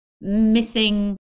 missing